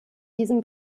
diesem